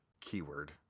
keyword